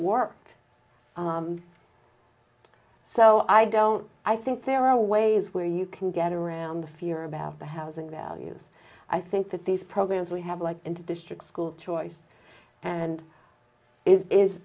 worked so i don't i think there are ways where you can get around the fear about the housing values i think that these programs we have like into district school choice and is is